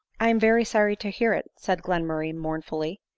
i am very sorry to hear it, said glenmurray mourn fully.